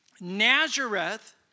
Nazareth